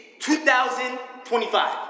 2025